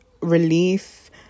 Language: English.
relief